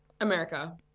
America